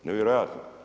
Nevjerojatno!